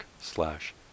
slash